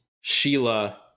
Sheila